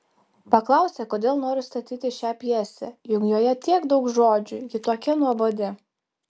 paklausė kodėl noriu statyti šią pjesę juk joje tiek daug žodžių ji tokia nuobodi